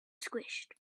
squished